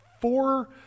four